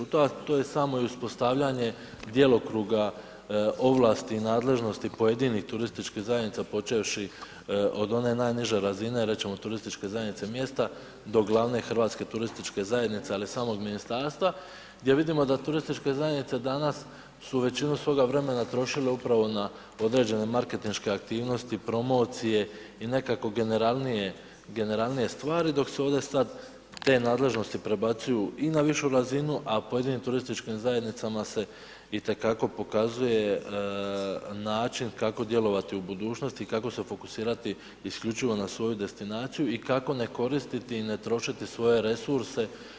To je samo i uspostavljanje djelokruga ovlasti i nadležnosti pojedinih turističkih zajednica počevši od one najniže razine rečemo turističke zajednice mjesta do glavne Hrvatske turističke zajednice ali samog ministarstva gdje vidimo da turističke zajednice su većinu svoga vremena trošile upravo na određene marketinške aktivnosti, promocije i nekako generalnije stvari dok se ovdje sada te nadležnosti prebacuju i na višu razinu, a pojedinim turističkim zajednicama se itekako pokazuje način kako djelovati u budućnosti i kako se fokusirati isključivo na svoju destinaciju i kako ne koristiti i ne trošiti svoje resurse.